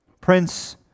Prince